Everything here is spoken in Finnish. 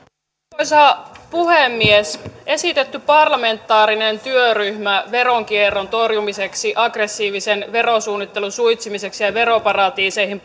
arvoisa puhemies esitetty parlamentaarinen työryhmä veronkierron torjumiseksi aggressiivisen verosuunnittelun suitsimiseksi ja ja veroparatiiseihin